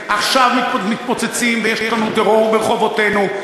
עכשיו מתפוצצים ויש לנו טרור ברחובותינו.